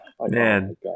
Man